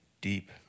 deep